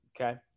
okay